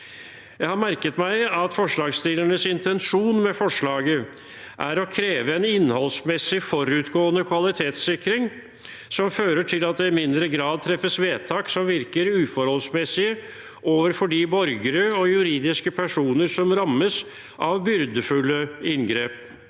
Jeg har merket meg at forslagsstillernes intensjon med forslaget er å kreve en innholdsmessig forutgående kvalitetssikring som fører til at det i mindre grad treffes vedtak som virker uforholdsmessige overfor de borgere og juridiske personer som rammes av byrdefulle inngrep.